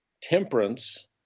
temperance